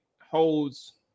holds